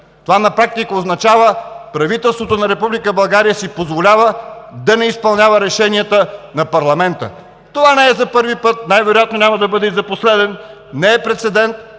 това на практика означава, че правителството на Република България си позволява да не изпълнява решенията на парламента. Това не е за първи път, най-вероятно няма да бъде и за последен, не е прецедент,